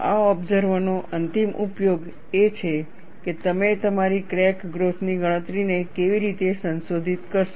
આ ઓબસર્વ નો અંતિમ ઉપયોગ એ છે કે તમે તમારી ક્રેક ગ્રોથ ની ગણતરીને કેવી રીતે સંશોધિત કરશો